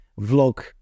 vlog